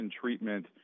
treatment